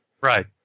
Right